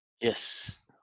yes